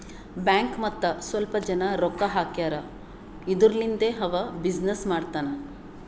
bank ಮತ್ತ ಸ್ವಲ್ಪ ಜನ ರೊಕ್ಕಾ ಹಾಕ್ಯಾರ್ ಇದುರ್ಲಿಂದೇ ಅವಾ ಬಿಸಿನ್ನೆಸ್ ಮಾಡ್ತಾನ್